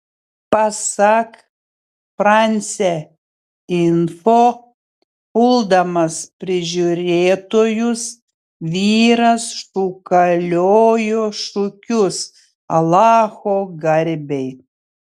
pasak france info puldamas prižiūrėtojus vyras šūkaliojo šūkius alacho garbei